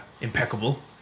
impeccable